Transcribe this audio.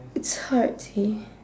it's hard see